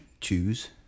choose